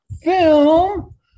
film